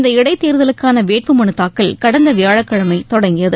இந்த இடைத் தேர்தலுக்கான வேட்பு மனுதாக்கல் கடந்த வியாழக்கிழமை தொடங்கியது